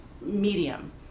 medium